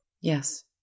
Yes